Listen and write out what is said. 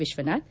Vishwanath